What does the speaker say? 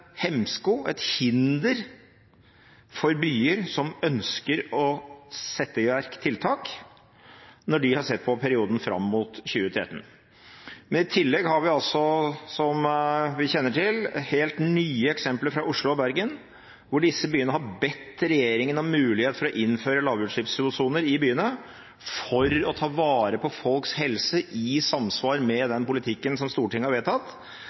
hemsko, et hinder, for byer som ønsker å sette i verk tiltak når de har sett på perioden fram mot 2013. I tillegg har vi, som vi kjenner til, helt nye eksempler fra Oslo og Bergen hvor disse byene har bedt regjeringen om mulighet for å innføre lavutslippssoner i byene for å ta vare på folks helse i samsvar med den politikken som Stortinget har vedtatt,